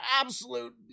absolute